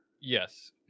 yes